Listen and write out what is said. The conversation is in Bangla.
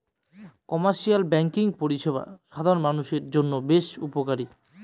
কমার্শিয়াল ব্যাঙ্কিং পরিষেবা সাধারণ মানুষের জন্য বেশ উপকারী